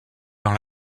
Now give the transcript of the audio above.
dans